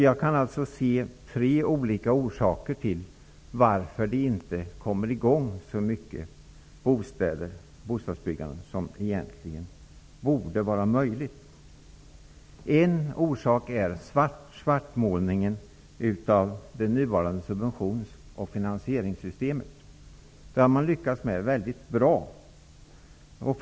Jag kan se tre olika orsaker till varför det inte kommer i gång så mycket bostadsbyggande som egentligen borde vara möjligt. En orsak är svartmålningen av det nuvarande subventions och finansieringssystemet. Det har man lyckats väldigt bra med.